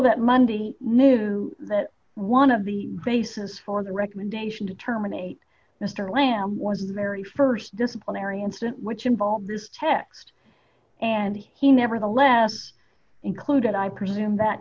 that monday knew that one of the bases for the recommendation to terminate mr lamb was the very st disciplinary incident which involved this text and he nevertheless included i presume that